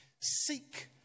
Seek